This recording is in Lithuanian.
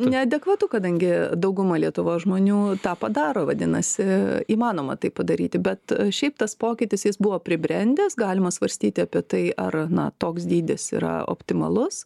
neadekvatu kadangi dauguma lietuvos žmonių tą padaro vadinasi įmanoma tai padaryti bet šiaip tas pokytis jis buvo pribrendęs galima svarstyti apie tai ar na toks dydis yra optimalus